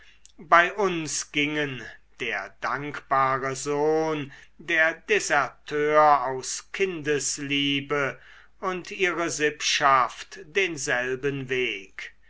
bei uns gingen der dankbare sohn der deserteur aus kindesliebe und ihre sippschaft denselben weg